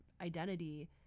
identity